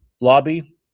lobby